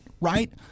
right